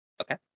Okay